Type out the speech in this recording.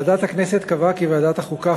ועדת הכנסת קבעה כי ועדת החוקה,